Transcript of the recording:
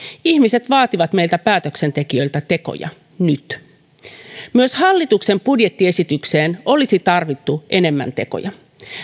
ihmiset vaativat meiltä päätöksentekijöiltä tekoja nyt myös hallituksen budjettiesitykseen olisi tarvittu enemmän tekoja